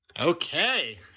Okay